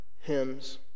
hymns